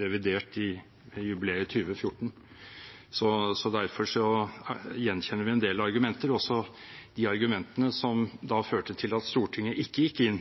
revidert til jubileet i 2014. Derfor gjenkjenner vi en del argumenter, også de argumentene som da førte til at Stortinget ikke gikk inn